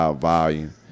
volume